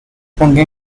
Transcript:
ponga